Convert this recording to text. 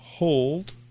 hold